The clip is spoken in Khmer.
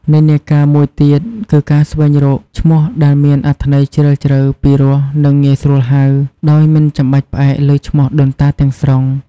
និន្នាការមួយទៀតគឺការស្វែងរកឈ្មោះដែលមានអត្ថន័យជ្រាលជ្រៅ ពីរោះ និងងាយស្រួលហៅ ដោយមិនចាំបាច់ផ្អែកលើឈ្មោះដូនតាទាំងស្រុង។។